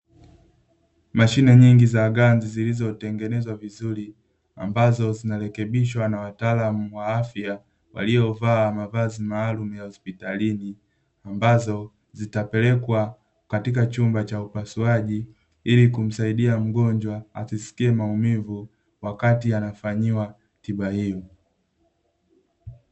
Mashine nyingi za ganzi zilizotengenezwa vizuri ambazo zinarekebishwa na wataalamu wa afya waliovaa mavazi maalumu ya hospitalini ambazo zitapelekwa katika chumba cha upasuaji ili kumsaidia mgonjwa asisikie maumivu wakati anafanyiwa tiba hiyo.